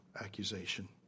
accusation